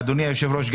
אדוני היושב-ראש,